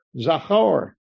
Zachor